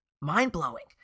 mind-blowing